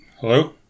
Hello